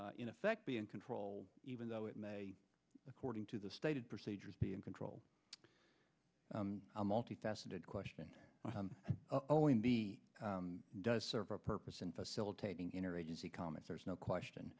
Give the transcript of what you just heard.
in effect be in control even though it may according to the stated procedures be in control a multi faceted question oh and b does serve a purpose in facilitating inner agency comments there's no question